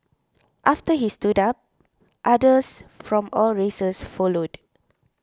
after he stood up others from all races followed